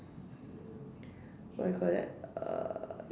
what you call that err